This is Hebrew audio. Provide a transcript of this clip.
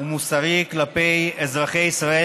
הוא מוסרי כלפי אזרחי ישראל,